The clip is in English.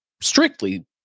strictly